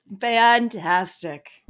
fantastic